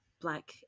black